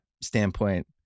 standpoint